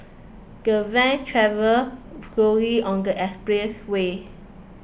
the van travelled slowly on the expressway